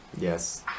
Yes